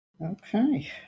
Okay